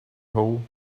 hole